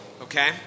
Okay